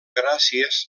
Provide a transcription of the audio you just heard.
gràcies